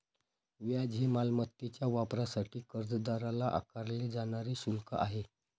व्याज हे मालमत्तेच्या वापरासाठी कर्जदाराला आकारले जाणारे शुल्क आहे